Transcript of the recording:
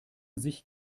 sich